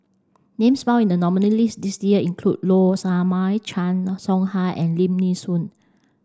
names found in the nominees list this year include Low Sanmay Chan Soh Ha and Lim Nee Soon